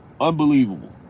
Unbelievable